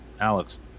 Alex